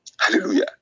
Hallelujah